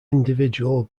individual